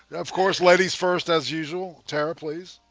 of course ladies first as usual tara, please